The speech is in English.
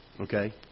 Okay